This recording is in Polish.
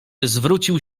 zwrócił